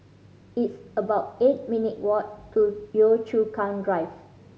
it's about eight minute walk to Yio Chu Kang Drive